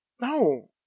No